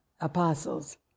apostles